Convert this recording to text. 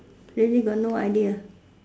really got no idea